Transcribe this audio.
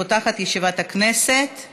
אנחנו